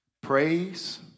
Praise